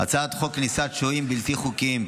הצעת חוק כניסת שוהים בלתי חוקיים,